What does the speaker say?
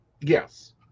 Yes